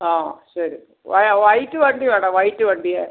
ആ ശരി വൈ വൈറ്റ് വണ്ടി വേണം വൈറ്റ് വണ്ടിയേ